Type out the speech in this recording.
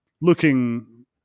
looking